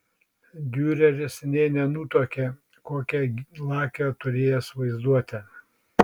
diureris nė nenutuokė kokią lakią turėjęs vaizduotę